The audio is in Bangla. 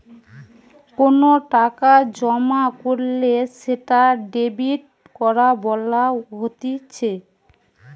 কোনো টাকা জমা কইরলে সেটা ডেবিট করা বলা হতিছে